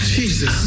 Jesus